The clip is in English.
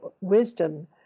wisdom